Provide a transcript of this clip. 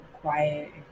quiet